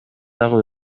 дагы